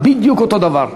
בדיוק אותו דבר.